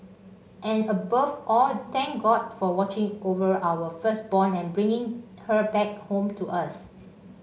and above all thank God for watching over our firstborn and bringing her back home to us